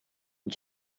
een